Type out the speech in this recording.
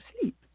sleep